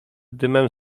dymem